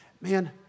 Man